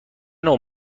نوع